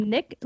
Nick